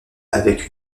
avec